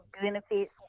benefits